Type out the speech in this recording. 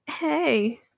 Hey